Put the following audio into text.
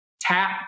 Tap